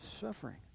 suffering